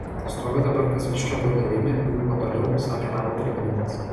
stovi dabar kazliškio boilerinė griūva toliau sakė namo pirmininkas